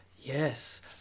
Yes